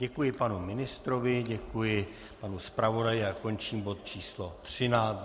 Děkuji panu ministrovi, děkuji panu zpravodaji a končím bod č. 13.